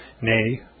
nay